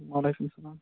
وعلیکُم سَلام